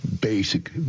basic